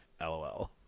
LOL